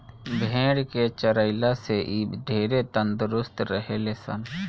भेड़ के चरइला से इ ढेरे तंदुरुस्त रहे ले सन